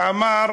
שאמר,